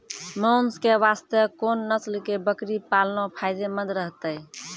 मांस के वास्ते कोंन नस्ल के बकरी पालना फायदे मंद रहतै?